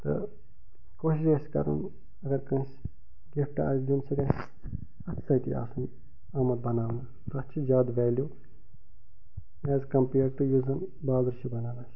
تہٕ کوٗشِش گَژھِ کَرٕنۍ اگر کٲنٛسہِ گِفٹہٕ آسہِ دِیُن سُہ گَژھِ اَتھٕ سۭتی آسُن آمُت بناونہٕ تتھ چھِ زیادٕ ویلیٛوٗ ایٚز کَمپِیٲرڈ ٹُو یُس زن بازرٕ چھِ بناوان أسۍ